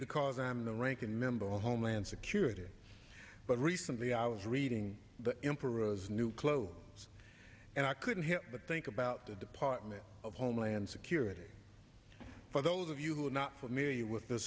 because i'm the ranking member on homeland security but recently i was reading the emperor's new clothes and i couldn't help but think about the department of homeland security for those of you who are not familiar with the